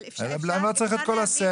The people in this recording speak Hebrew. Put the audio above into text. אבל אפשר להביא --- אבל למה צריך את כל הסט?